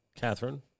Catherine